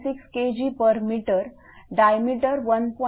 16 Kgm diameter 1